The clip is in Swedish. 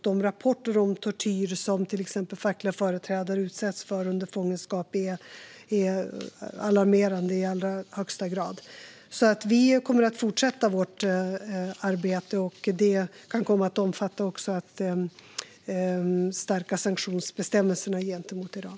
De rapporter om tortyr som till exempel fackliga företrädare utsätts för under fångenskap är alarmerande i allra högsta grad. Vi kommer att fortsätta vårt arbete, och det kan komma att också omfatta att stärka sanktionsbestämmelserna gentemot Iran.